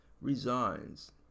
resigns